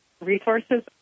resources